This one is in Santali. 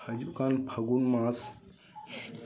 ᱦᱤᱡᱩᱜ ᱠᱟᱱ ᱯᱷᱟᱜᱩᱱ ᱢᱟᱥ